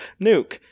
Nuke